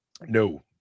No